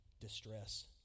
distress